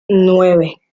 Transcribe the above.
nueve